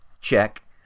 check